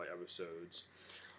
episodes